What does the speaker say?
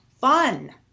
fun